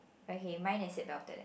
okay mine is seatbelted in